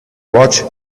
watch